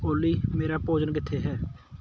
ਓਲੀ ਮੇਰਾ ਭੋਜਨ ਕਿੱਥੇ ਹੈ